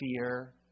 fear